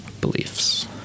beliefs